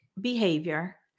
behavior